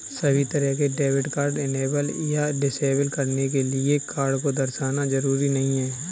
सभी तरह के डेबिट कार्ड इनेबल या डिसेबल करने के लिये कार्ड को दर्शाना जरूरी नहीं है